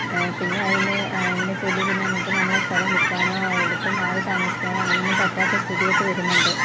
പിന്നെ അതിന് അതിനെ ചൊല്ലി പിന്നെ നമുക്ക് നമ്മുടെ സ്ഥലം വിക്കാനോ എവിടെക്കും മാറി താമസിക്കാനോ അങ്ങനൊന്നും പറ്റാത്ത സ്ഥിതിയൊക്കെ വരുന്നുണ്ട്